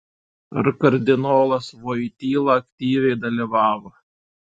ar kardinolas voityla aktyviai dalyvavo